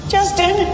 Justin